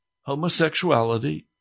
homosexuality